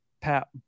pat